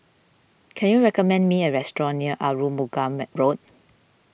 can you recommend me a restaurant near Arumugam Road